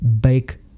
big